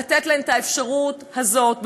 לתת להן את האפשרות הזאת.